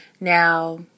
Now